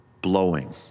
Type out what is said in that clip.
blowing